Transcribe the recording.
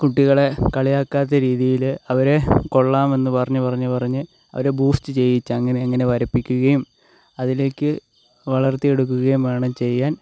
കുട്ടികളെ കളിയാകാത്ത രീതിയിൽ അവരെ കൊള്ളാം എന്ന് പറഞ്ഞ് പറഞ്ഞ് പറഞ്ഞ് അവരെ ബൂസ്റ്റ് ചെയ്യിച്ച് അങ്ങനെ അങ്ങനെ വരപ്പിക്കുകയും അതിലേക്ക് വളർത്തിയെടുക്കുകയും വേണം ചെയ്യാൻ